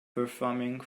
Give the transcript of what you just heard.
performing